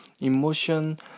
Emotion